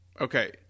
Okay